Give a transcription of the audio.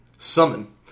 Summon